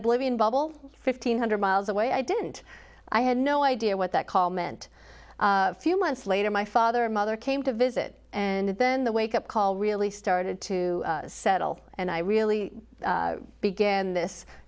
oblivion bubble fifteen hundred miles away i didn't i had no idea what that call meant a few months later my father or mother came to visit and then the wake up call really started to settle and i really began this